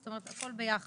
זאת אומרת: הכל ביחד,